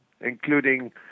including